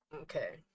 Okay